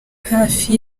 hafi